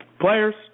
Players